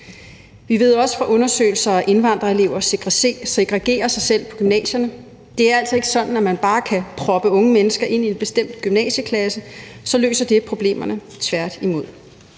Vi ved også fra undersøgelser, at indvandrerelever segregerer sig selv på gymnasierne. Det er altså ikke sådan, at man bare kan proppe unge mennesker ind i en bestemt gymnasieklasse, og så løser det problemerne, tværtimod.